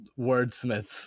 wordsmiths